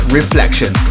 reflection